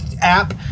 app